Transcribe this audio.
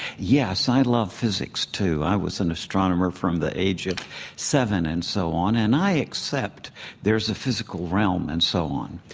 yes, i love physics, too. i was an astronomer from the age of seven and so on. and i accept there's a physical realm and so on.